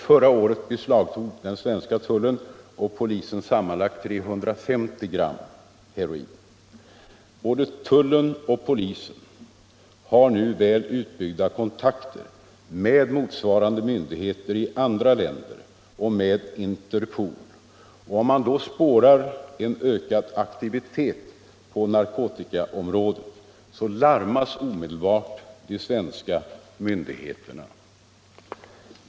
Förra året beslagtog den svenska tullen och polisen sammanlagt 350 gram heroin. Både tullen och polisen har nu väl utbyggda kontakter med motsvarande myndigheter i andra länder och med Interpol. Om en ökad aktivitet på narkotikaområdet spåras, larmas omedelbart de svenska myndigheterna.